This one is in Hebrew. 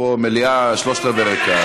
נכנס לבית-סוהר על שיתוף פעולה עם רוצחים.